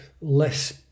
less